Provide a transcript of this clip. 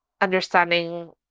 understanding